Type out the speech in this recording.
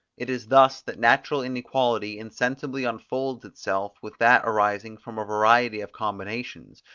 it is thus that natural inequality insensibly unfolds itself with that arising from a variety of combinations,